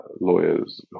lawyers